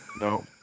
No